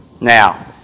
Now